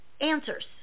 answers